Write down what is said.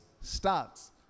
starts